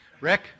Rick